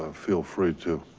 and feel free to.